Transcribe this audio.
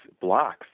blocks